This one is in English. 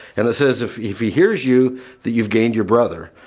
and it says, if if he hears you that you've gained your brother.